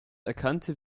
erkannte